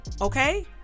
okay